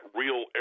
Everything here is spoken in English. real